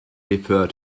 refer